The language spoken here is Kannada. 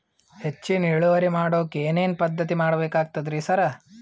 ಹೆಚ್ಚಿನ್ ಇಳುವರಿ ಮಾಡೋಕ್ ಏನ್ ಏನ್ ಪದ್ಧತಿ ಮಾಡಬೇಕಾಗ್ತದ್ರಿ ಸರ್?